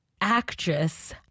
actress